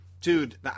Dude